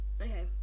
Okay